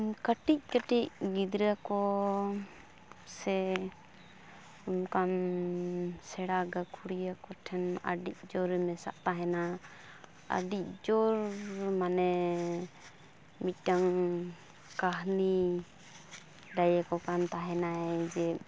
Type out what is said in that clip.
ᱠᱟᱹᱴᱤᱡ ᱠᱟᱹᱴᱤᱡ ᱜᱤᱫᱽᱨᱟᱹᱠᱚ ᱥᱮ ᱚᱱᱠᱟᱱ ᱥᱮᱬᱟ ᱜᱟᱠᱷᱩᱲᱤᱭᱟᱹᱠᱚ ᱴᱷᱮᱱ ᱟᱹᱰᱤᱡ ᱡᱳᱨᱮ ᱢᱮᱥᱟᱜ ᱛᱟᱦᱮᱱᱟ ᱟᱹᱰᱤᱡ ᱡᱳᱨ ᱢᱟᱱᱮ ᱢᱤᱫᱴᱟᱝ ᱠᱟᱹᱦᱱᱤ ᱞᱟᱹᱭ ᱟᱠᱚ ᱠᱟᱱ ᱛᱟᱦᱮᱱᱟᱭ ᱡᱮ